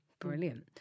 Brilliant